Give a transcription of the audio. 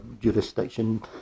jurisdiction